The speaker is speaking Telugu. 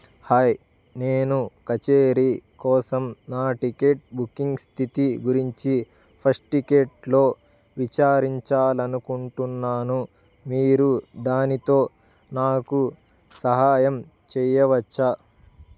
హాయ్ నేను కచేరీ కోసం నా టికెట్ బుకింగ్స్ స్థితి గురించి ఫస్ట్ టిక్కెట్లో విచారించాలనుకుంటున్నాను మీరు దానితో నాకు సహాయం చేయవచ్చా